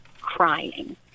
crying